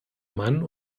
mann